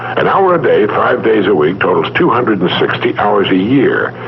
an hour a day, five days a week totals two hundred and sixty hours a year,